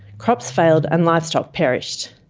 crops failed and livestock perished.